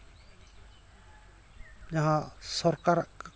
ᱡᱟᱦᱟᱸ ᱥᱚᱨᱠᱟᱨᱟᱜ